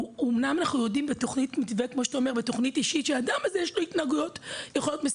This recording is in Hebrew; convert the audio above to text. אומנם אנחנו יודעים בתוכנית אישית של האדם שיש לו התנהגויות מסכנות.